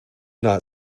not